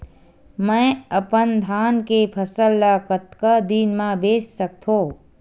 मैं अपन धान के फसल ल कतका दिन म बेच सकथो?